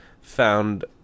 found